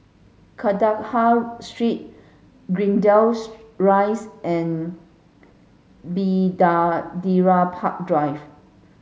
Kandahar Street Greendale's Rise and Bidadari Park Drive